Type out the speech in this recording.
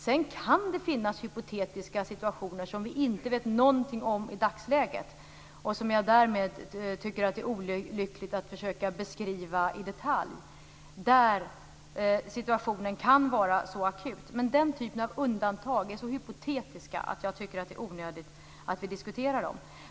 Sedan kan det finnas hypotetiska situationer som vi inte vet någonting om i dagsläget, och som jag därmed tycker att det är olyckligt att försöka beskriva i detalj, där situationen kan vara så akut. Men den typen av undantag är så hypotetiska att jag tycker att det är onödigt att vi diskuterar dem.